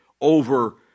over